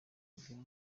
kugira